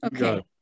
Okay